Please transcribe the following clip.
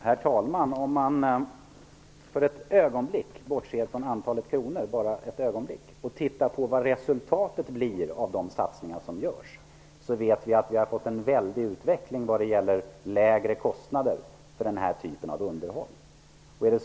Herr talman! Om man för ett ögonblick bortser från antalet kronor och tittar på vad resultatet blir av de satsningar som görs, har utvecklingen när det gäller lägre kostnader för den här typen av underhåll varit kraftig.